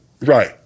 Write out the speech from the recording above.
Right